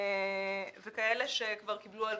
וכאלה שכבר קיבלו הלוואות.